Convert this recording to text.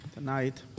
Tonight